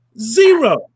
Zero